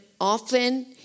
often